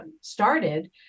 started